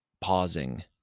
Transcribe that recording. pausing